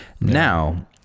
now